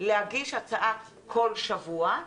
להגיש הצעה כל שבוע,